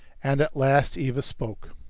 and at last eva spoke.